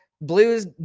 blues